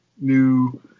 new